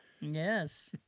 Yes